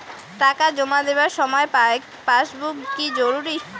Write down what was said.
টাকা জমা দেবার সময় পাসবুক কি জরুরি?